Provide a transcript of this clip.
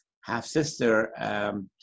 half-sister